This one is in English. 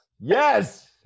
Yes